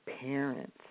parents